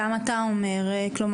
זה לא